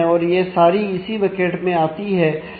और वह सारी इसी बकेट में आती है